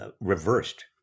reversed